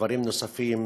דברים נוספים